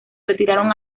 retiraron